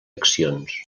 accions